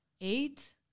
eight